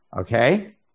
Okay